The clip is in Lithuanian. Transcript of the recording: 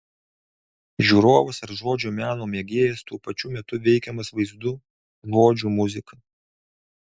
žiūrovas ar žodžio meno mėgėjas tuo pačiu metu veikiamas vaizdu žodžiu muzika